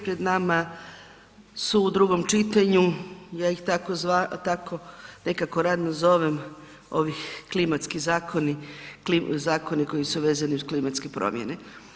Pred su u drugom čitanju, ja ih tako nekako radno zovem ovi klimatski zakoni, zakoni koji su vezani uz klimatske promjene.